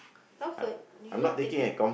Comfort you not taking